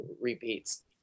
repeats